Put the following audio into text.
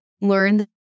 learn